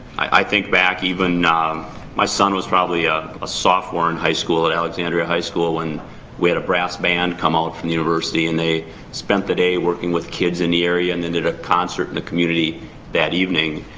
i think back. even um my son was probably ah a sophomore in high school at alexandria high school when and we had a brass band come out from the university and they spent the day working with kids in the area. and then did a concert in the community that evening.